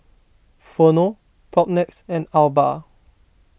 Vono Propnex and Alba